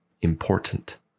important